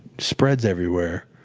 spreads everywhere,